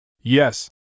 Yes